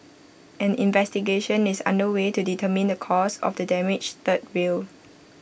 an investigation is under way to determine the cause of the damaged third rail